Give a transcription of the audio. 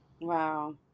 Wow